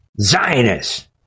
Zionists